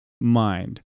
mind